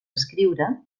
escriure